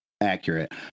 accurate